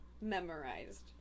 memorized